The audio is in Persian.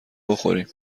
بخوریم